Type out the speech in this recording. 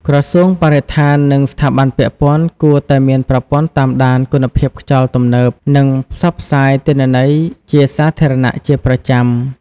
ក្រសួងបរិស្ថាន និងស្ថាប័នពាក់ព័ន្ធគួរតែមានប្រព័ន្ធតាមដានគុណភាពខ្យល់ទំនើប និងផ្សព្វផ្សាយទិន្នន័យជាសាធារណៈជាប្រចាំ។